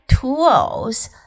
tools